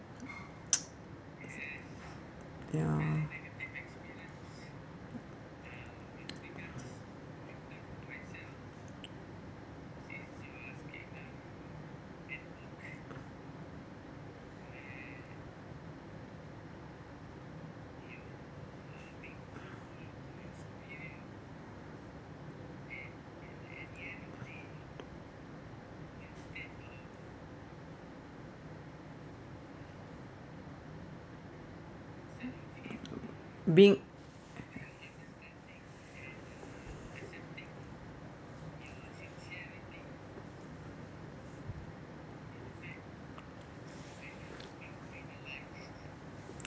ya being